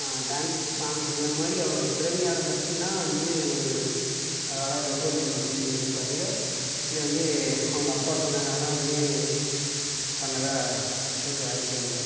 dance song அந்த மாதிரி அவருடைய திறமையால் மட்டுந்தான் வந்து அவரால் இதை ஹோல்ட் பண்ணி வச்சுக்க முடியுமே தவிர இதை வந்து அவங்க அப்பா சொன்னதனால வந்து பண்ணதாக இருக்க வாய்ப்பே இல்லை